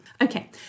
Okay